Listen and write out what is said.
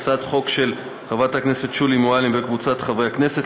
הצעת חוק של חברת הכנסת שולי מועלם וקבוצת חברי הכנסת,